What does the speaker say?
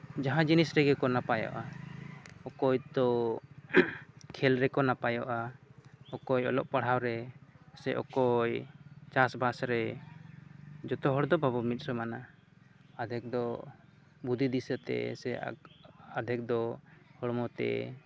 ᱡᱟᱦᱟᱸ ᱡᱤᱱᱤᱥ ᱨᱮᱜᱮ ᱠᱚ ᱱᱟᱯᱟᱭᱚᱜᱼᱟ ᱚᱠᱚᱭ ᱛᱚ ᱠᱷᱮᱞ ᱨᱮᱠᱚ ᱱᱟᱯᱟᱭᱚᱜᱼᱟ ᱚᱠᱚᱭ ᱚᱞᱚᱜ ᱯᱟᱲᱦᱟᱜ ᱨᱮ ᱥᱮ ᱚᱠᱚᱭ ᱪᱟᱥᱵᱟᱥ ᱨᱮ ᱡᱚᱛᱚ ᱦᱚᱲ ᱫᱚ ᱵᱟᱵᱚᱱ ᱢᱤᱫ ᱥᱚᱢᱟᱱᱟ ᱟᱫᱷᱮᱠ ᱫᱚ ᱵᱩᱫᱷᱤ ᱫᱤᱥᱟᱹ ᱛᱮ ᱥᱮ ᱟᱫᱷᱮᱠ ᱫᱚ ᱦᱚᱲᱢᱚ ᱛᱮ